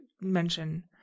mention